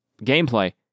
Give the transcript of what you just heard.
gameplay